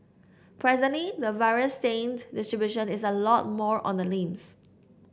presently the virus strain distribution is a lot more on the limbs